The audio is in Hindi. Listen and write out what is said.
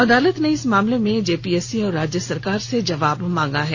अदालत ने इस मामले में जेपीएससी और राज्य सरकार से जवाब मांगा है